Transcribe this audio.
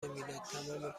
میلاد، تمام